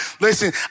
Listen